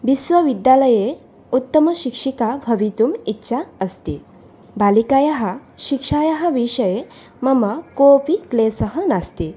विश्वविद्यालये उत्तमशिक्षिका भवितुम् इच्छा अस्ति बालिकायाः शिक्षायाः विषये मम कोऽपि क्लेशः नास्ति